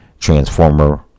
Transformer